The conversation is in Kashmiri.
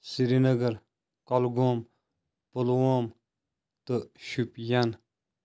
سِریٖنگَر کۄلگوم پُلووم تہٕ شُپین